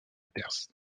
perse